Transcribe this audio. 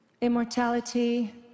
immortality